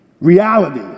Reality